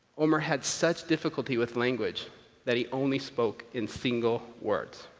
omar had such difficulty with language that he only spoke in single words.